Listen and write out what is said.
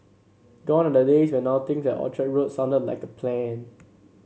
gone are the days when outings at Orchard Road sounded like a plan